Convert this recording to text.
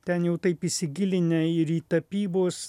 ten jau taip įsigilinę ir į tapybos